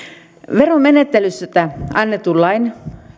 veromenettelystä annetun lain